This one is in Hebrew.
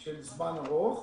של זמן ארוך.